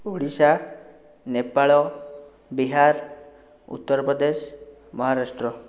Odisha Nepal Bihar Uttar Pradesh Maharashtra